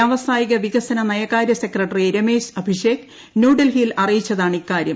വ്യാവസായിക്ക് വീക്സന നയകാര്യ സെക്രട്ടറി രമേശ് അഭിഷേക് ന്യൂഡൽഹിയിൽ അറിയിച്ചതാണ് ഇക്കാര്യം